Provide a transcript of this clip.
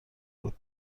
بود